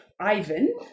Ivan